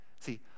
See